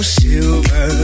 silver